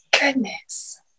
goodness